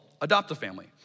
Adopt-A-Family